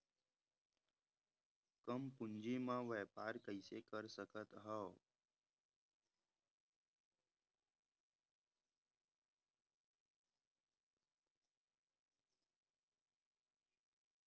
कम पूंजी म व्यापार कइसे कर सकत हव?